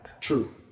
True